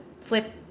flip